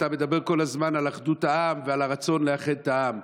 אתה מדבר כל הזמן על אחדות העם ועל הרצון לאחד את העם.